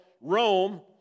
Rome